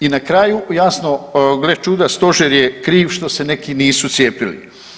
I na kraju, jasno, gle čuda, Stožer je kriv što se neki nisu cijepili.